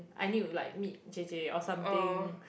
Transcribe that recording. I need to like meet Jay Jay or something